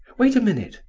wait a minute,